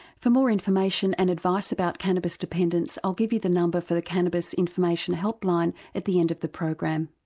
for more information and advice about cannabis dependence i'll give you the number of the cannabis information help line at the end of the program.